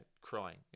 crying